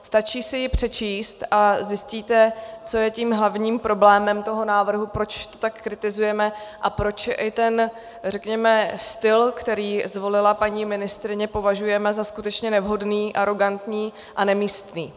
Stačí si ji přečíst a zjistíte, co je hlavním problémem toho návrhu, proč to tak kritizujeme a proč i ten řekněme styl, který zvolila paní ministryně, považujeme za skutečně nevhodný, arogantní a nemístný.